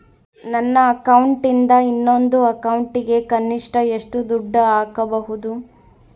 ನನ್ನ ಅಕೌಂಟಿಂದ ಇನ್ನೊಂದು ಅಕೌಂಟಿಗೆ ಕನಿಷ್ಟ ಎಷ್ಟು ದುಡ್ಡು ಹಾಕಬಹುದು?